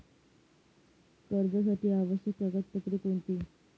कर्जासाठी आवश्यक कागदपत्रे कोणती?